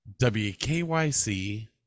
wkyc